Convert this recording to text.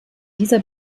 dieser